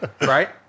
right